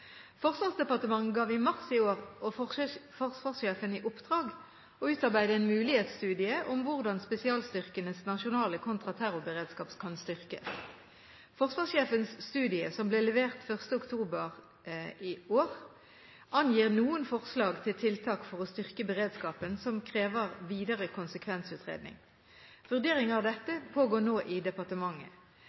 Forsvarsdepartementet ga i mars i år forsvarssjefen i oppdrag å utarbeide en mulighetsstudie om hvordan spesialstyrkenes nasjonale kontraterrorberedskap kan styrkes. Forsvarssjefens studie, som ble levert 1. oktober i år, angir noen forslag til tiltak for å styrke beredskapen som krever videre konsekvensutredning. Vurderinger av dette pågår nå i departementet.